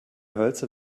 hölzer